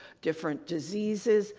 different diseases,